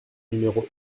numéro